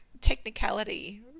technicality